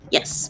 Yes